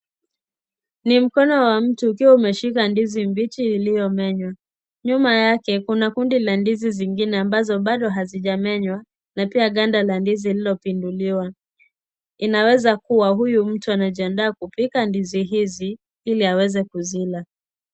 Ni mkono wa mtu ukiwa umeshika ndizi mbili uliyomenya, Nyuma yake kuna kundi la ndizi zingine ambazo hazijamenywa .Na pia ganda la ndizi zililopinduliwa .Inawezakuwa mtu huyu anajiandaa kupika ndizi hizi, ili aweze kuzila.